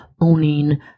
owning